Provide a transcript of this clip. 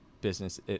business